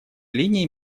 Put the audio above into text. линии